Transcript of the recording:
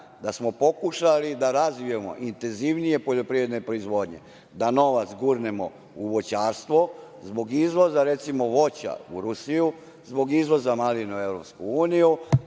pokušali smo da razvijemo intenzivnije poljoprivredne proizvodnje, da novac gurnemo u voćarstvo zbog izvoza, recimo, voća u Rusiju, zbog izvoza malina u EU,